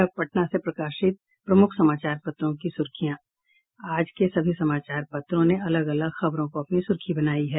और अब पटना से प्रकाशित प्रमुख समाचार पत्रों की सुर्खियां आज के सभी समाचार पत्रों ने अलग अलग खबरों को अपनी सुर्खी बनायी है